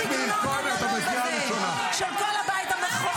תראו את הסגנון הנלוז הזה של כל הבית המכוער הזה.